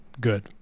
Good